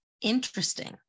interesting